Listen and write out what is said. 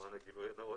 למען הגילוי הנאות,